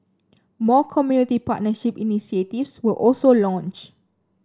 more community partnership initiatives were also launched